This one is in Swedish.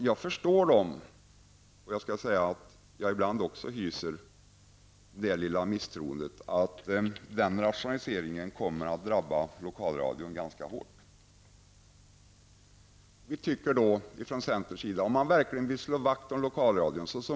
Jag förstår dem som misstänker -- och ibland hyser jag också det lilla misstroendet -- att denna rationalisering kommer att drabba Lokalradion ganska hårt. Många motionärer från olika partier har i sina motioner velat slå vakt om Lokalradion.